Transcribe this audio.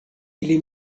ili